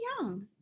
young